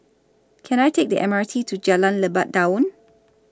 Can I Take The M R T to Jalan Lebat Daun